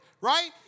right